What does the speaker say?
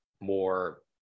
more